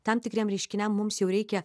tam tikriem reiškiniam mums jau reikia